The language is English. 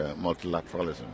multilateralism